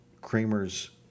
Kramer's